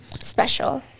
special